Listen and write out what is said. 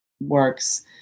works